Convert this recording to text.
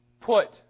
put